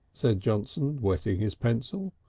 said johnson, wetting his pencil.